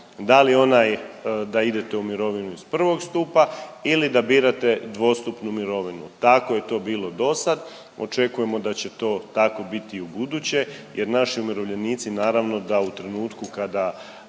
Da li onaj da idete u mirovinu iz 1. stupa ili da birate dvostupnu mirovinu. Tako je to bilo do sad, očekujemo da će tako biti i ubuduće jer naši umirovljenici naravno da u trenutku kada